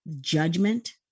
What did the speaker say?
judgment